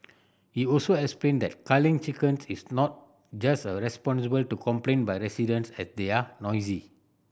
he also explained that culling chickens is not just a responsible to complaint by residents that they are noisy